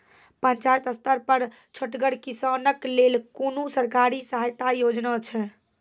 पंचायत स्तर पर छोटगर किसानक लेल कुनू सरकारी सहायता योजना छै?